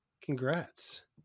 Congrats